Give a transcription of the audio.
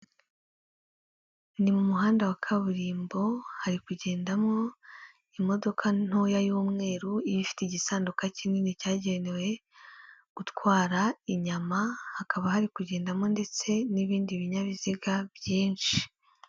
Ni mu muhanda wa kaburimbo, hari kugendamo imodoka ntoya y'umweru, iba ifite igisanduka kinini cyagenewe gutwara inyama, hakaba hari kugendamo ndetse n'ibindi binyabiziga byinshi.